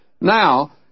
Now